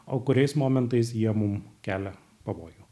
o kuriais momentais jie mum kelia pavojų